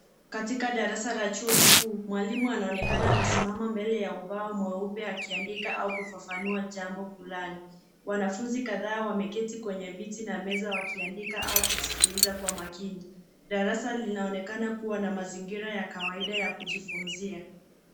Katika darasa la cha chuo kikuu mwalimu ana onekana amesimama mbele ya ubao meupe aki andika au kufafanua jambo fulani , wanafunzi kadhaa wameketi kwenye viti na meza waki andika au kusikiliza kwa makini. Darasa linaonekana kuwa na mazingira kawaida ya kujifunzia.